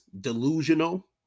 delusional